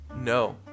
No